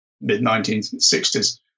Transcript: mid-1960s